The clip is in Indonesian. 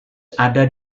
ada